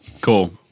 Cool